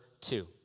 two